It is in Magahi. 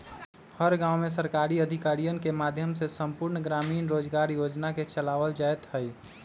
हर गांव में सरकारी अधिकारियन के माध्यम से संपूर्ण ग्रामीण रोजगार योजना के चलावल जयते हई